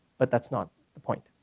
but that's not the point.